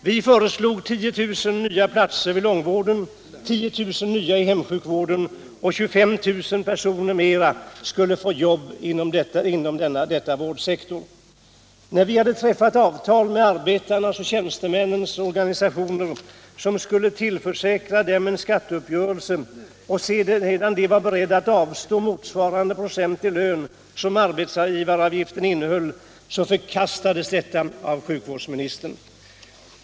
Vi föreslog 10 000 nya platser vid långvården, 10 000 nya platser i hemsjukvården och att 25 000 personer ytterligare skulle få jobb inom denna vårdsektor. När vi hade träffat avtal med arbetarnas och tjänstemännens organisationer, som skulle tillförsäkra dem en skatteuppgörelse och de sedan var beredda att avstå motsvarande procent i lön som arbetsgivaravgiften innehöll, så förkastades detta av sjukvårdsministern.